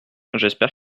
j’espère